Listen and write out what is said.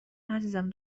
عزیزم